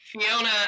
Fiona